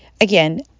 Again